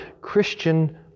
Christian